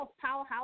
powerhouse